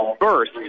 first